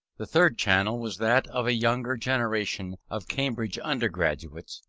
the third channel was that of a younger generation of cambridge undergraduates,